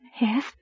Yes